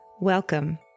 welcome